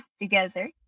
together